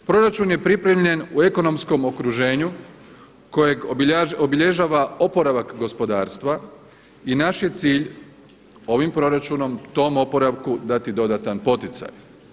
Proračun je pripremljen u ekonomskom okruženju kojeg obilježava oporavak gospodarstva i naš je cilj ovim proračunom tom oporavku dati dodatan poticaj.